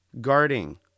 guarding